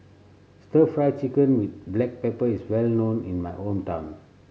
Stir Fried Chicken with black pepper is well known in my hometown